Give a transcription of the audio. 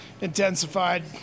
intensified